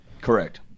correct